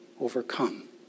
overcome